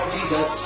Jesus